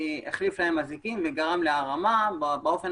החליף להם אזיקים והערים באופן